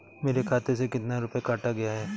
मेरे खाते से कितना रुपया काटा गया है?